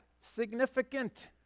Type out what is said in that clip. significant